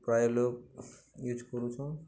ପ୍ରାୟ ଲୋକ୍ ୟୁଜ୍ କରୁଛନ୍ଁ